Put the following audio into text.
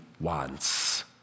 wants